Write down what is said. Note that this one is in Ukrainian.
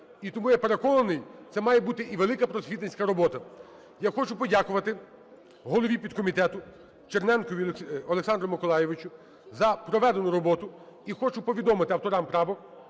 І тому я переконаний, це має бути і велика просвітницька робота. Я хочу подякувати голові підкомітетуЧерненкові Олександру Миколайовичу за проведену роботу. І хочу повідомити авторам правок,